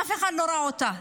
אף אחד לא ראה אותה.